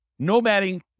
nomading